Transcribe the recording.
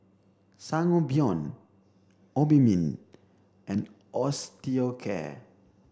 Sangobion Obimin and Osteocare